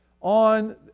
on